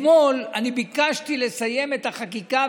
אתמול אני ביקשתי לסיים את החקיקה,